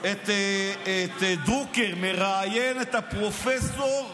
דרוקר מראיין את הפרופסור,